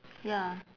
ya